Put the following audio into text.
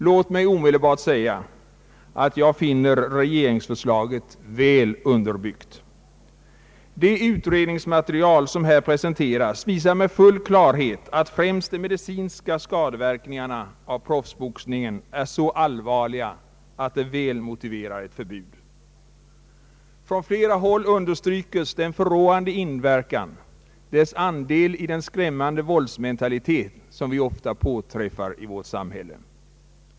Låt mig omedelbart säga att jag anser regeringsförslaget väl underbyggt. Det utredningsmaterial som här presenteras visar med full klarhet att främst de medicinska <:skadeverkningarna «av proffsboxningen är så allvarliga att de väl motiverar ett förbud. Från flera håll understrykes dess förråande inverkan, dess andel i den skrämmande våldsmentalitet som vi ofta påträffar i vårt samhälle.